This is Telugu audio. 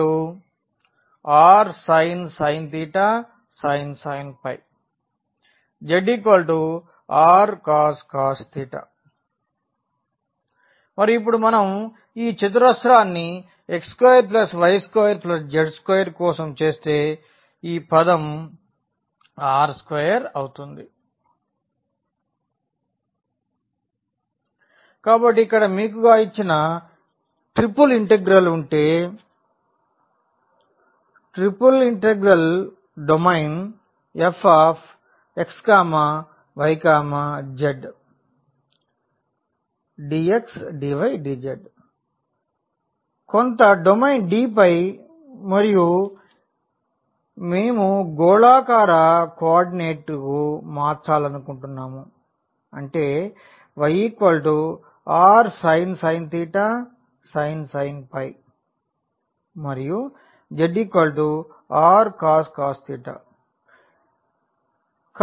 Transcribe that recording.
xrsin cos yrsin sin zrcos మరియు ఇప్పుడు మనం ఈ చతురస్రాన్ని x2y2z2 కోసం చేస్తే ఈ పదం r2 అవుతుంది కాబట్టి ఇక్కడ మీరు ఇచ్చిన ట్రిపుల్ ఇంటిగ్రల్ ఉంటే Dfx y zdxdydz కొంత డొమైన్ d పై మరియు మేము గోళాకార కోఆర్డినేట్కుమార్చాలనుకుంటున్నాను అంటే yrsin sin మరియు zrcos